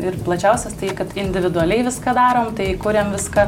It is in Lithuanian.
ir plačiausias tai kad individualiai viską darom tai kuriam viską